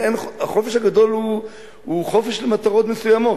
החופש הגדול הוא חופש למטרות מסוימות,